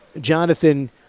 Jonathan